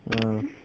mm